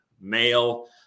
male